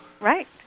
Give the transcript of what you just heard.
right